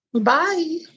Bye